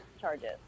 charges